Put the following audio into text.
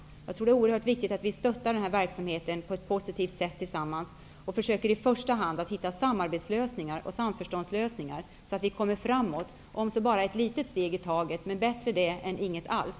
Jag tror att det är oerhört viktigt att vi tillsammans på ett positivt sätt stöttar den här verksamheten och i första hand försöker att hitta samarbetslösningar och samförståndslösningar, så att vi kommer framåt, om så bara ett litet steg i taget; bättre det än inget alls.